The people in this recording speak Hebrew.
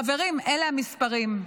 חברים, אלה המספרים.